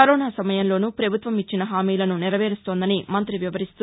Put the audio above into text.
corona సమయంలోనూ ప్రపభుత్వం ఇచ్చిన హామీలను నెరవేరుస్తోందని మంగ్రతి వివరిస్తూ